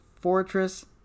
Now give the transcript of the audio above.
Fortress